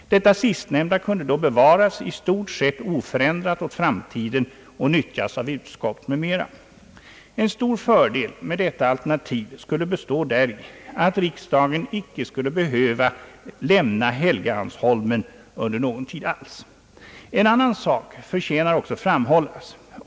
Detta sistnämnda kunde då bevaras i stort sett oförändrat åt framtiden och nyttjas av utskott m.fl. En stor fördel med detta alternativ skulle bestå däri att riksdagen icke skulle behöva lämna Helgeandsholmen under någon tid alls. En annan sak förtjänar också att framhållas.